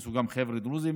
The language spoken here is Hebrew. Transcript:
שיכניסו חבר'ה דרוזים.